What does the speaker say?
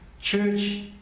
church